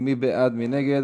מי בעד ומי נגד?